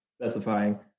specifying